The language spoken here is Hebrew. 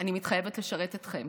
אני מתחייבת לשרת אתכם,